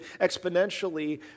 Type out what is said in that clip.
exponentially